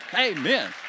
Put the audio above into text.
Amen